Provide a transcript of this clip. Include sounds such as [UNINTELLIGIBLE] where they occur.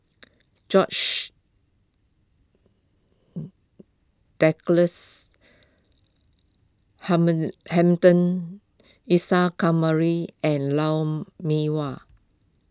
George [HESITATION] Douglas [UNINTELLIGIBLE] Hamilton Isa Kamari and Lou Mee Wah